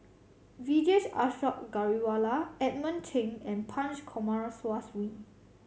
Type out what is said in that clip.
Vijesh Ashok Ghariwala Edmund Cheng and Punch Coomaraswamy